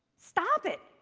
stop it!